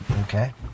okay